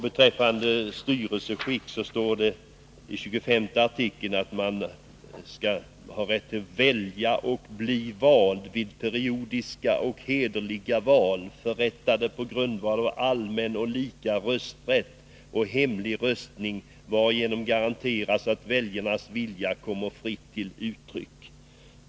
Beträffande styrelseskick står det i 25:e artikeln att man har rätt att ”välja och bli vald, vid periodiska och hederliga val, förrättade på grundval av allmän och lika rösträtt och hemlig röstning, varigenom garanteras att väljarnas vilja kommer fritt till uttryck”.